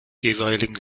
jeweiligen